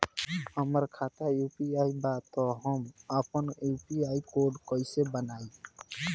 हमार खाता यू.पी.आई बा त हम आपन क्यू.आर कोड कैसे बनाई?